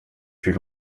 plus